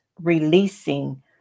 releasing